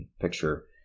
picture